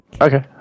Okay